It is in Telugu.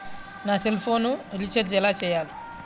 నా సెల్ఫోన్కు రీచార్జ్ ఎలా చేయాలి?